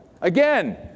Again